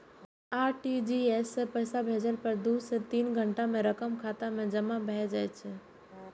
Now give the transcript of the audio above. RTGS सं पैसा भेजला पर दू सं तीन घंटा मे रकम खाता मे जमा भए जाइ छै